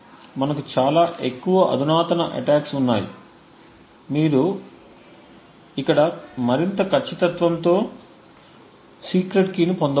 మనకు చాలా ఎక్కువ అధునాతన అటాక్స్ ఉన్నాయి ఇక్కడ మీరు మరింత ఖచ్చితత్వంతో సీక్రెట్ కీని పొందవచ్చు